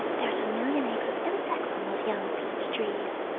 there's a million eggs of insects on those young peach trees,